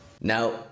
now